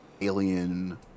alien